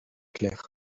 clair